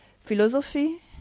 philosophy